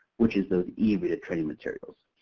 which is both easy-to-train materials.